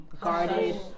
guarded